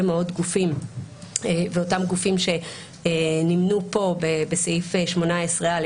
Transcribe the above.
מאוד גופים אותם גופים שנמנו פה בסעיף 18א,